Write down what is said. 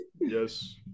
Yes